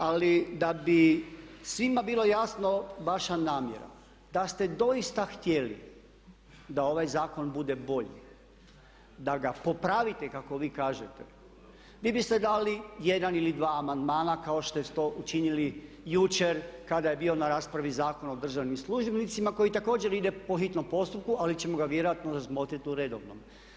Ali da bi svima bilo jasna vaša namjera da ste doista htjeli da ovaj zakon bude bolji, da ga popravite kako vi kažete vi biste dali jedan ili dva amandmana kao što ste to učinili jučer kada je bio na raspravi Zakon o državnim službenicima koji također ide po hitnom postupku ali ćemo ga vjerojatno razmotriti u redovnom.